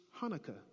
Hanukkah